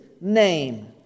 name